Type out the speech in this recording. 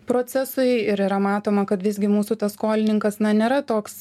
procesai ir yra matoma kad visgi mūsų tas skolininkas nėra toks